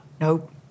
Nope